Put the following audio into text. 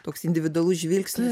toks individualus žvilgsnis